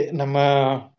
nama